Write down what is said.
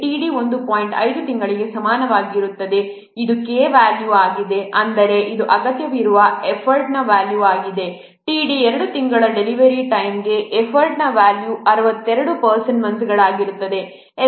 5 ತಿಂಗಳುಗಳಿಗೆ ಸಮಾನವಾಗಿರುತ್ತದೆ ಇದು K ವ್ಯಾಲ್ಯೂ ಆಗಿದೆ ಅಂದರೆ ಇದು ಅಗತ್ಯವಿರುವ ಎಫರ್ಟ್ನ ವ್ಯಾಲ್ಯೂ ಆಗಿದೆ td 2 ತಿಂಗಳುಗಳ ಡೆಲಿವರಿ ಟೈಮ್ಗೆ ಎಫರ್ಟ್ನ ವ್ಯಾಲ್ಯೂ 62 ಪರ್ಸನ್ ಮಂತ್ಸ್ಗಳಾಗಿರುತ್ತದೆ